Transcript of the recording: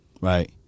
right